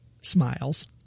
smiles